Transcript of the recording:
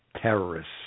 terrorists